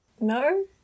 No